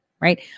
Right